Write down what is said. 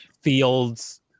fields